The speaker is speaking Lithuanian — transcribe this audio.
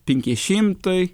penki šimtai